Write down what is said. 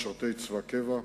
משרתי צבא קבע,